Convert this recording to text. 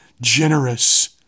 generous